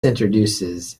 introduces